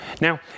Now